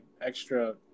extra